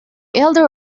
elder